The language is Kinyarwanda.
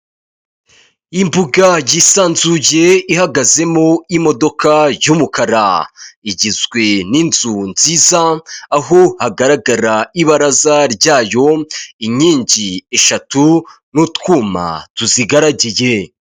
Imbuga yisanzuye ihagazemo imodoka y'umukara, igizwe n'inzu nziza aho hagaragara ibaraza ryayo, inkingi eshatu n'utwuma tuzigaragiye.